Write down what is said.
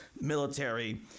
military